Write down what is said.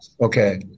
Okay